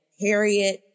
Harriet